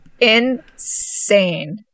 Insane